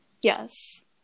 yes